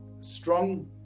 strong